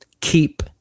keep